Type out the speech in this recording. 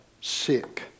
sick